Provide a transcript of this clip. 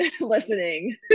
listening